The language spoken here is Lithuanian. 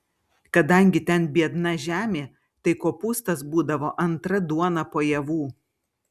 kadangi ten biedna žemė tai kopūstas būdavo antra duona po javų